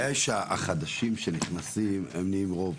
הבעיה היא שהחדשים שנכנסים הם נהיים רוב.